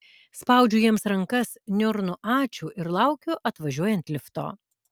spaudžiu jiems rankas niurnu ačiū ir laukiu atvažiuojant lifto